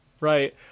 right